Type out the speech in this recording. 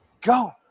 Go